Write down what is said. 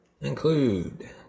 include